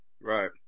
Right